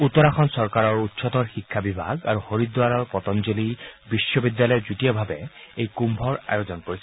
উত্তৰাখণ্ড চৰকাৰৰ উচ্চতৰ শিক্ষা বিভাগ আৰু হৰিদ্বাৰৰ পটঞ্জলী বিশ্ববিদ্যালয়ে যুটীয়াভাৱে এই কুম্ভৰ আয়োজন কৰিছে